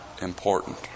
important